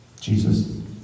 Jesus